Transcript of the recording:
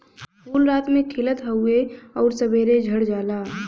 फूल रात में खिलत हउवे आउर सबेरे झड़ जाला